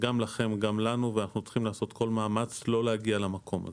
גם לכם וגם לנו ואנחנו צריכים לעשות כל מאמץ לא להגיע למקום הזה.